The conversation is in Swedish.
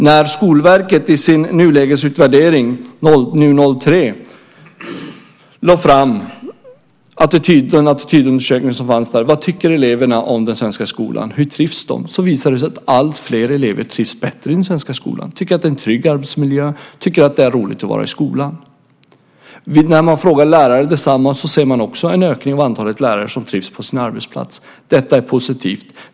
När Skolverket i sin nulägesutvärdering 2003 lade fram en attitydundersökning om vad eleverna tycker om den svenska skolan, hur de trivs, visade det sig att alltfler elever trivs bättre i den svenska skolan, tycker att det är en trygg arbetsmiljö, tycker att det är roligt att vara i skolan. När man frågar lärare om detsamma ser man en ökning också av antalet lärare som trivs på sin arbetsplats. Detta är positivt.